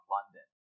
London